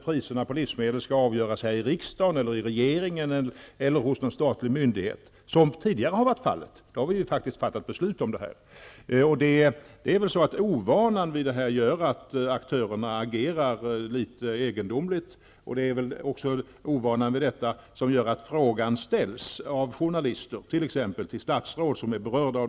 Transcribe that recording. Priserna på livsmedel skall inte avgöras här i riksdagen, i regeringen eller hos någon statlig myndighet, som tidigare har varit fallet -- då fattade vi faktiskt beslut om dem här. Ovanan vid den nya ordningen gör väl att aktörerna agerar litet egendomligt, och det är väl också ovanan som gör att frågan ställs av journalister, t.ex. till statsråd som är berörda.